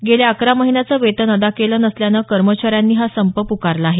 गेल्या अकरा महिन्याचे वेतन अदा केलं नसल्यानं कर्मचाऱ्यांनी हा संप प्कारला आहे